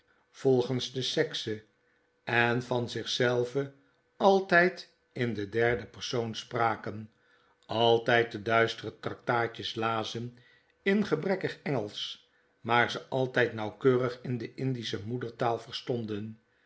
volgens de sekse en van zich zelven altyd in den derden per soon spraken altyd de duisterste traktaatjes lazen in gebrekkig engelsch maar ze altyd nauwkeung in de indische moedertaal verstonden